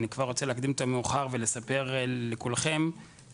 אני כבר רוצה להקדים את המאוחר ולספר לכולכם שהתוצאות